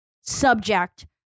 subject